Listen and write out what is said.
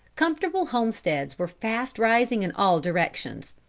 comfortable homesteads were fast rising in all directions.